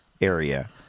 area